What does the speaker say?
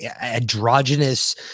androgynous